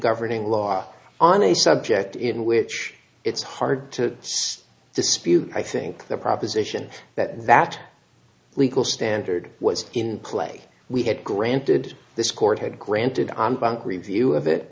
governing law on a subject in which it's hard to dispute i think the proposition that that legal standard was in play we had granted this court had granted on bank review of it